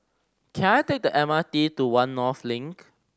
can I take the M R T to One North Link